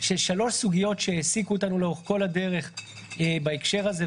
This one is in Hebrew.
ששלוש סוגיות שהעסיקו אותנו לאורך כל הדרך בהקשר הזה,